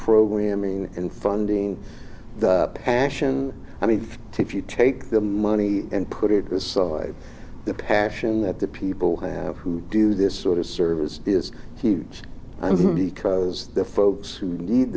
programming and funding passion i mean if you take the money and put it aside the passion that the people have who do this sort of service is huge i think because the folks